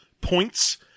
points